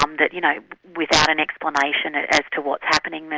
um that you know without an explanation as to what's happening,